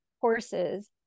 horses